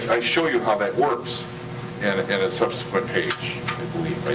i show you how that works and at a subsequent page. i believe